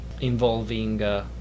involving